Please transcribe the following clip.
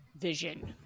vision